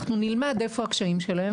אנחנו נלמד איפה הקשיים שלהם,